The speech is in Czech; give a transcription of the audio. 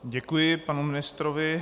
Děkuji panu ministrovi.